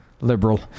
Liberal